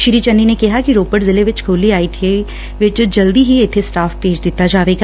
ਸ੍ਰੀ ਚੰਨੀ ਨੇ ਕਿਹਾ ਕਿ ਰੋਪੜ ਜ਼ਿਲ੍ਹੇ ਵਿਚ ਖੋਲੀ ਆਈ ਟੀ ਆਈ ਵਿਚ ਜਲਦੀ ਹੀ ਇਥੇ ਸਟਾਫ ਭੇਜ ਦਿੱਤਾ ਜਾਵੇਗਾ